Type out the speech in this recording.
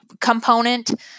component